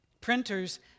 Printers